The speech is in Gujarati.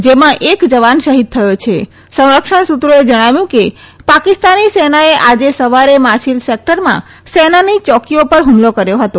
જેમાં એક જવાન શહીદ થયો છિં સંરક્ષણ સૂત્રોએ જણાવ્યું છે કે પાકિસ્તાની સેનાએ આજે સવારે માછીલ સેક્ટરમાં સેનાની ચોકીઓ પર હમલો કર્યો હતો